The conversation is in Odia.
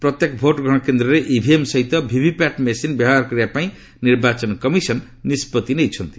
ପ୍ରତ୍ୟେକ ଭୋଟ୍ ଗ୍ରହଣ କେନ୍ଦ୍ରରେ ଇଭିଏମ୍ ସହିତ ଭିଭିପାଟ ମେସିନ ବ୍ୟବହାର କରିବା ପାଇଁ ନିର୍ବାଚନ କମିଶନ ନିଷ୍ପଭି ନେଇଛନ୍ତି